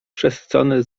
przesycony